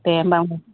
दे होम्बा